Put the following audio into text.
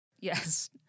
Yes